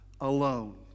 alone